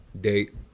Date